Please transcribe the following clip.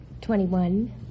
Twenty-one